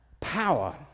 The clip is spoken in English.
power